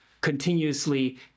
continuously